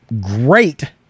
great